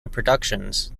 reproductions